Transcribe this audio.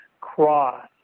Cross